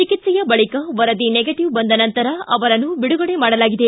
ಚಿಕಿತ್ಸೆಯ ಬಳಿಕ ವರದಿ ನೆಗಟಿವ ಬಂದ ನಂತರ ಅವರನ್ನು ಬಿಡುಗಡೆ ಮಾಡಲಾಗಿದೆ